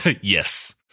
Yes